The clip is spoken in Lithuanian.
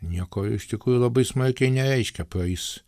nieko iš tikrųjų labai smarkiai nereiškia praeis